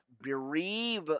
bereave